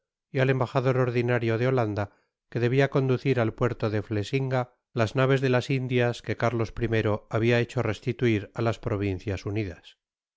y al embajador ordinario de holanda que debia conducir al puerto de flesinga las naves de las indias que carlos i babia hecho restituir á las provincias unidas